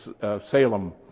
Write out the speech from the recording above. Salem